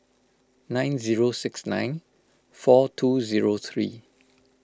nine zero six nine four two zero three